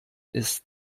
ist